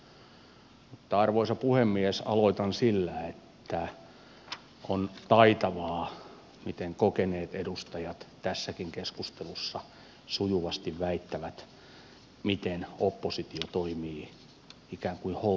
mutta arvoisa puhemies aloitan sillä että on taitavaa miten kokeneet edustajat tässäkin keskustelussa sujuvasti väittävät miten oppositio toimii ikään kuin holtittomasti